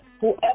Whoever